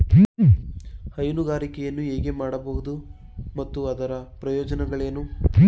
ಹೈನುಗಾರಿಕೆಯನ್ನು ಹೇಗೆ ಮಾಡಬಹುದು ಮತ್ತು ಅದರ ಪ್ರಯೋಜನಗಳೇನು?